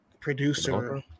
producer